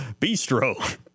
Bistro